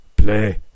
Play